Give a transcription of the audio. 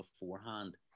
beforehand